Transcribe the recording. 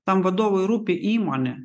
tam vadovui rūpi įmonė